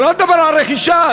שלא לדבר על רכישה,